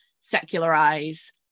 secularize